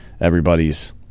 everybody's